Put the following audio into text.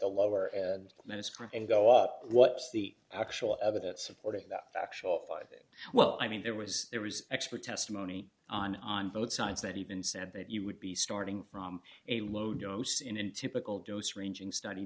the lower and middle school and the op what's the actual evidence supporting the actual fighting well i mean there was there was expert testimony on on both sides that even said that you would be starting from a low dose in an typical dose ranging study